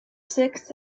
six